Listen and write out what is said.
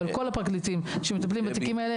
אבל כל הפרקליטים שמטפלים בתיקים האלה,